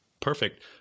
Perfect